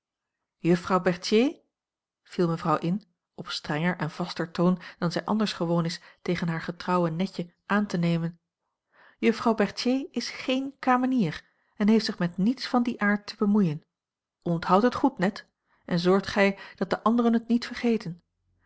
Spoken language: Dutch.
berthier viel mevrouw in op strenger en vaster toon dan zij anders gewoon is tegen haar getrouwe netje aan a l g bosboom-toussaint langs een omweg te nemen juffrouw berthier is geen kamenier en heeft zich met niets van dien aard te bemoeien onthoud het goed net en zorg gij dat de anderen het niet vergeten